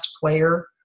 player